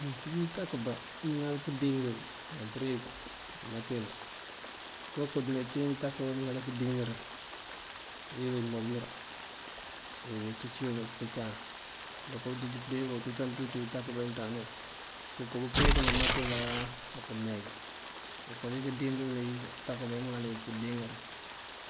Mëënţíij tákëba amëëŋal pëëndíŋiyël náampëëregu dí umarëtel fok këëmetir intákëba iyi mëëŋali pëëndíŋëra aye ndoŋ immobëlër, këëyeecës yul këncaŋ. duka káanjeej pëëndíŋ këëmpinţan ţí intákëba imëënţandáneyun. Këënkob pëëndíŋ dí umárëtel apëëneej, uler uwí këëndiŋ intákëbá yi mëëŋaliyi pëëndiŋëra